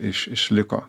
iš išliko